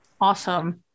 Awesome